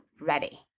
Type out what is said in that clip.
ready